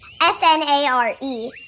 S-N-A-R-E